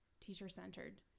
teacher-centered